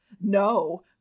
no